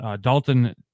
Dalton